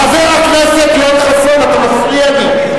חבר הכנסת יואל חסון, אתה מפריע לי.